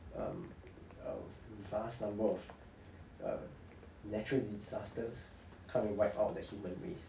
um a vast number of err natural disasters come and wipe out the human race